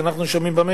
שאנחנו שומעים עליהן,